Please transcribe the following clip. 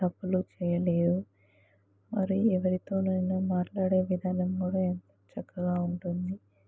తప్పులు చేయలేరు మరియు ఎవరితోనైనా మాట్లాడే విధానం కూడా ఎంత చక్కగా ఉంటుంది